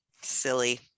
silly